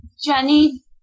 Jenny